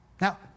Now